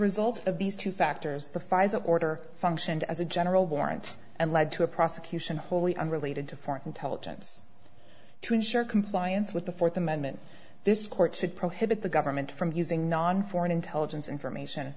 result of these two factors the fai's order functioned as a general warrant and led to a prosecution wholly unrelated to foreign intelligence to ensure compliance with the fourth amendment this court should prohibit the government from using non foreign intelligence information